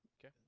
Okay